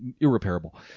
irreparable